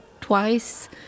twice